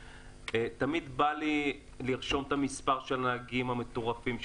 תמיד בא לי לרשום את המספר של נהגים מטורפים,